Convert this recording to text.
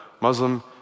Muslim